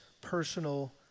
personal